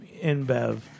InBev